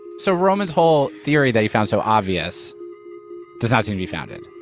so roman's whole theory that he found so obvious does not seem to be founded.